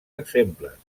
exemples